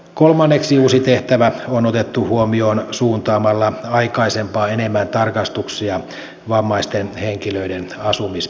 kolmanneksi uusi tehtävä on otettu huomioon suuntaamalla aikaisempaa enemmän tarkastuksia vammaisten henkilöiden asumisyksiköihin